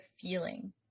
feeling